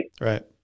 Right